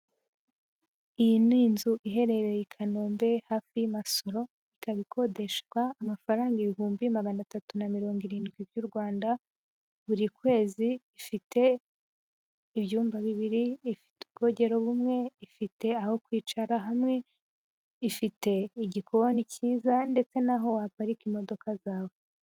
Iyi ni inzu iherereye i Kanombe hafi y'i Masoro, ikaba ikodeshwa amafaranga ibihumbi magana atatu na mirongo irindwi by'u Rwanda buri kwezi, ifite ibyumba bibiri, ifite ubwogero bumwe, ifite aho kwicara hamwe, ifite igikoni cyiza ndetse n'aho waparika imodoka zawe.